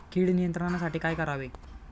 कीड नियंत्रणासाठी काय करावे?